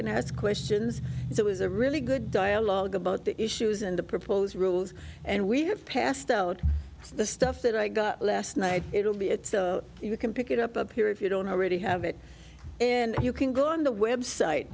and ask questions so it was a really good dialogue about the issues and the proposed rules and we have passed out the stuff that i got last night it'll be it so you can pick it up up here if you don't already have it and you can go on the website